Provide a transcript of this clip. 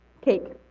Cake